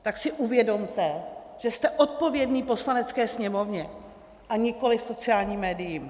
Tak si uvědomte, že jste odpovědný Poslanecké sněmovně, a nikoli sociálním médiím.